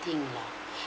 thing lah